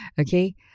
Okay